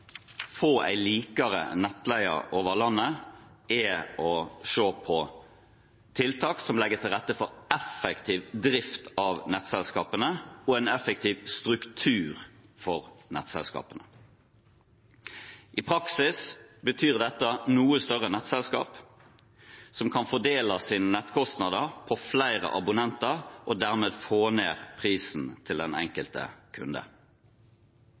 få en likere nettleie i landet er å se på tiltak som legger til rette for effektiv drift av nettselskapene og en effektiv struktur for nettselskapene. I praksis betyr dette noe større nettselskaper, som kan fordele sine nettkostnader på flere abonnenter og dermed få ned prisen til den enkelte kunde.